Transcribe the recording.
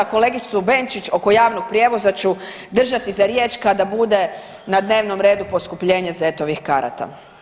Kolegicu Benčić oko javnog prijevoza ću držati riječ kada bude na dnevnom redu poskupljenje ZET-ovih karata.